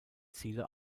ziele